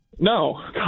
No